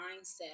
mindset